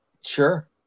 Sure